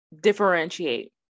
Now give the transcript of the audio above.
differentiate